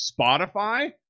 spotify